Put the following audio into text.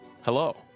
Hello